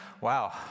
Wow